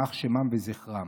יימח שמם וזכרם.